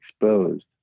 exposed